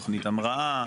תכנית המראה,